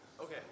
Okay